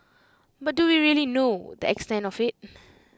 but do we really know the extent of IT